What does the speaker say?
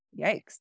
Yikes